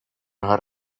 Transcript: her